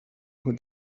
who